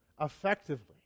effectively